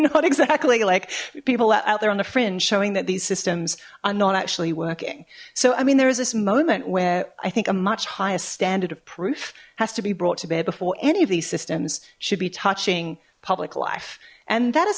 not exactly like people out there on the fringe showing that these systems are not actually working so i mean there is this moment where i think a much higher standard of proof has to be brought to bear before any of these systems should be touching public life and that is